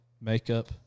makeup